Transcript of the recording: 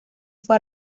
fue